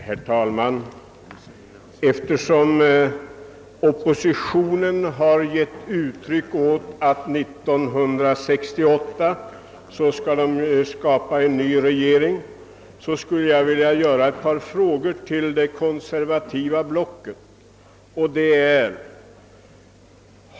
Herr talman! Eftersom oppositionen har givit uttryck åt förhoppningen att den 1968 kommer att bilda regering skulle jag vilja ställa ett par frågor till det konservativa blocket.